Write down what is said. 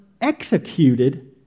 executed